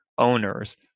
owners